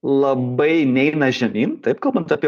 labai neina žemyn taip kalbant apie